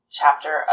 chapter